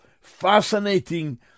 Fascinating